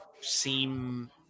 seem